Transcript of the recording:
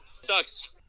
Sucks